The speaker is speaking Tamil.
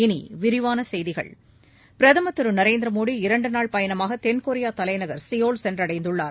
இனி விரிவான செய்திகள் பிரதம் திரு நரேந்திர மோடி இரண்டு நாள் பயணமாக தென்கொரியா தலைநகர் சியோல் சென்றடைந்துள்ளார்